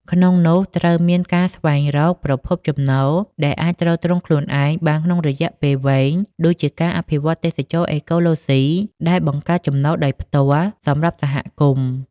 ក្នុងនោះ ត្រូវមានការស្វែងរកប្រភពចំណូលដែលអាចទ្រទ្រង់ខ្លួនឯងបានក្នុងរយៈពេលវែងដូចជាការអភិវឌ្ឍទេសចរណ៍អេកូឡូស៊ី ដែលបង្កើតចំណូលដោយផ្ទាល់សម្រាប់សហគមន៍។